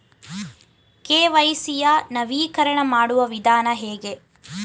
KYC ಯ ನವೀಕರಣ ಮಾಡುವ ವಿಧಾನ ಹೇಗೆ?